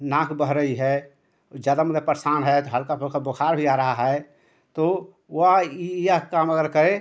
नाक बह रही है और ज़्यादा मतलब परेशान है तो हल्का फुल्का बुखार भी आ रहा है तो वह यह यह काम अगर करे